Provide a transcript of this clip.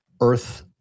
Earth